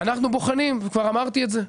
אנחנו בוחנים, כבר אמרתי את זה,